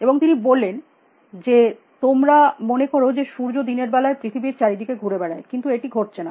এবং তিনি বললেন যে তোমরা মনে কর যে সূর্য দিনের বেলায় পৃথিবীর চারিদিকে ঘুরে বেড়ায় কিন্তু এটি ঘটছে না